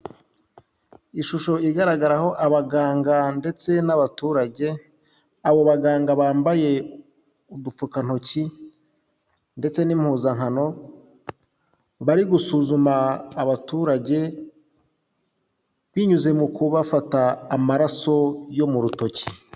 Ishusho igaragaraho abaganga ndetse n'abaturage, abo baganga bambaye udupfukantoki ndetse n'impuzankano, bari gusuzuma abaturage binyuze mu kubafata amaraso yo mu rutoki.